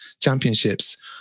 championships